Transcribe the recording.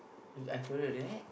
cause I told her that